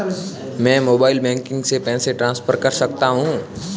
मैं mobile banking से पैसे कैसे ट्रांसफर कर सकता हूं?